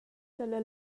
dalla